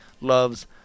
loves